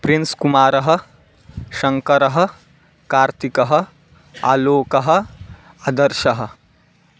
prince कुमारः शङ्करः कार्तिकः आलोकः अदर्शः